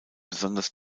besonders